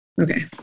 Okay